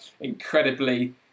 incredibly